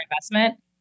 investment